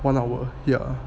one hour ya